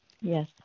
yes